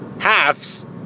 halves